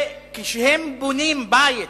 וכשהם בונים בית,